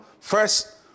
First